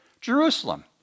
Jerusalem